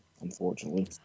unfortunately